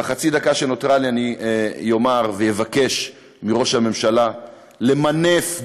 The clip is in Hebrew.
במחצית הדקה שנותרה לי אני אומר ואבקש מראש הממשלה באמת